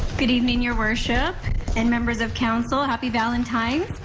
good evening, your worship and members of council, happy valentine's.